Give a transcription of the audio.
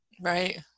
Right